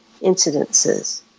incidences